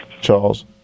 Charles